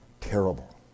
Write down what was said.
terrible